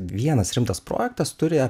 vienas rimtas projektas turi